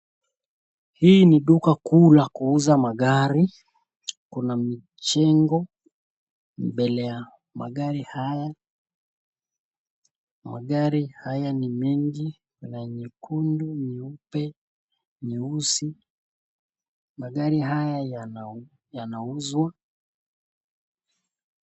Hii ni duka kuu la kuuza magari, kuna mijengo mbele ya magari haya. Magari haya ni mengi na nyekundu ,nyeupe, nyeusi. Magari haya yanauzwa.